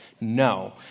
No